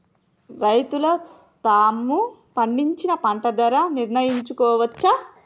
రైతులు తాము పండించిన పంట ధర నిర్ణయించుకోవచ్చా?